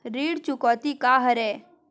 ऋण चुकौती का हरय?